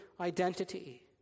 identity